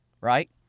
right